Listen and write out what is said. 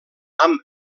amb